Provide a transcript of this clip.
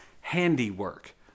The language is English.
handiwork